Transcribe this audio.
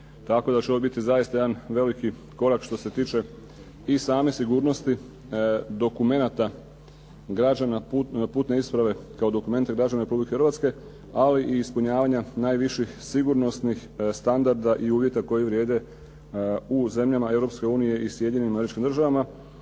Tako da će ovo biti zaista jedan veliki korak i što se tiče i same sigurnosti dokumenata građana putne isprave kao dokumenti građana Republike Hrvatske ali i ispunjavanja najviših sigurnosnih standarda i uvjeta koji vrijede u zemljama Europske unije i Sjedinjenim Američkim Državama.